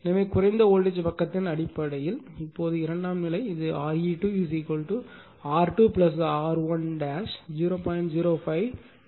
எனவே குறைந்த வோல்டேஜ் பக்கத்தின் அடிப்படையில் இப்போது இரண்டாம் நிலை இது RE2 R2 R1 0